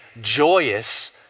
joyous